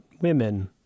women